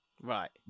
Right